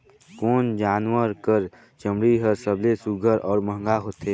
कोन जानवर कर चमड़ी हर सबले सुघ्घर और महंगा होथे?